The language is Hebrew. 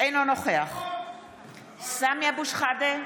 אינו נוכח סמי אבו שחאדה,